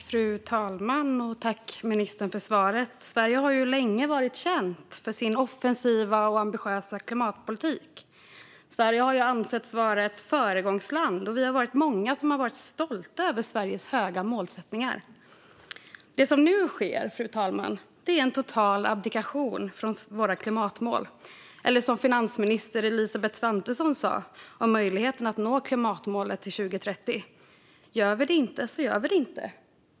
Fru talman! Jag tackar ministern för svaret. Sverige har länge varit känt för sin offensiva och ambitiösa klimatpolitik. Sverige har ansetts vara ett föregångsland, och vi är många som har varit stolta över Sveriges höga målsättningar. Det som nu sker är en total abdikation från våra klimatmål, fru talman. Eller som finansminister Elisabeth Svantesson sa om möjligheten att nå klimatmålet till 2030: "Gör vi det inte så gör vi det inte."